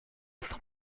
s’en